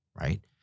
right